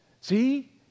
See